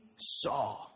saw